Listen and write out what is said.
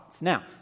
Now